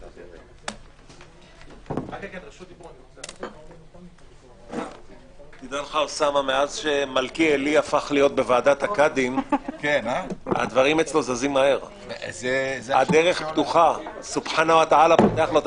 ננעלה בשעה 10:00.